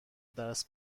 درس